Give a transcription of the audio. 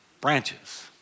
branches